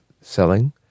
selling